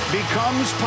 becomes